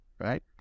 right